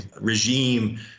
regime